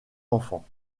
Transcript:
enfants